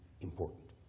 important